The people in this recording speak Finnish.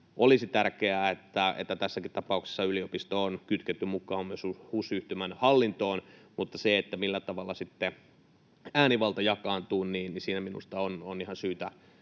olisi tärkeää, että tässäkin tapauksessa yliopisto on kytketty mukaan myös HUS-yhtymän hallintoon, mutta siinä, millä tavalla sitten äänivalta jakaantuu, on minusta ihan syytä